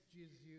Jesus